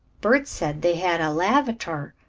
bert said they had a lavater,